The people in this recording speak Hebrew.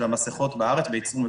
המסכות בארץ בייצור מקומי.